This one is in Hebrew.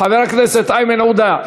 חבר הכנסת איימן עודה,